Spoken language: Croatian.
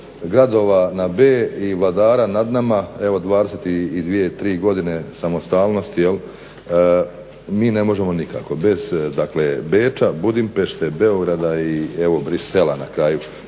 gradova na B i vladara nad nama evo 22, 23 godine samostalnosti mi ne možemo nikako. Bez dakle Beča, Budimpešte, Beograda i evo Bruxellesa na kraju